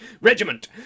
Regiment